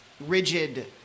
rigid